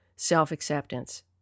self-acceptance